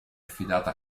affidato